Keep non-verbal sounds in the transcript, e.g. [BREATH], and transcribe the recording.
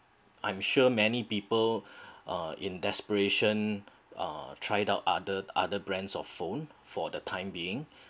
I'm sure many people [BREATH] uh in desperation uh tried out other other brands of phone for the time being